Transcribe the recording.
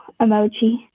emoji